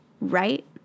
right